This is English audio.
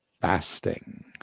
fasting